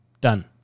done